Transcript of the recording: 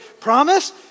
promise